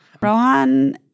Rohan